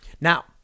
Now